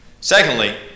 Secondly